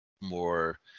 more